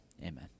amen